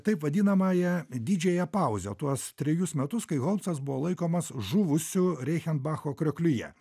taip vadinamąją didžiąją pauzę tuos trejus metus kai holmsas buvo laikomas žuvusiu reichenbacho kriokliuje